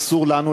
אסור לנו,